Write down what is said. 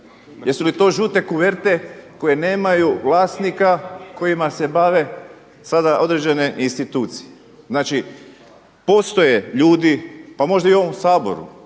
Jesu li to žute koverte koje nemaju vlasnika kojima se bave sada određene institucije? Znači, postoje ljudi pa možda i u ovom Saboru